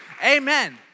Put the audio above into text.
amen